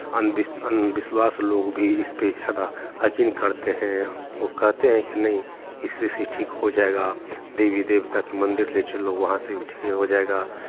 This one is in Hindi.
अंध विश्व अंधविश्वास लोग भी इसपे ज़्यादा यकीन करते हैं वो कहते हैं कि नहीं इसी से ठीक हो जाएगा देवी देवता के मंदिर ले चलो वहाँ से भी ठीक हो जाएगा